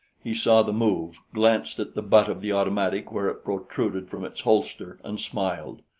he saw the move, glanced at the butt of the automatic where it protruded from its holster, and smiled.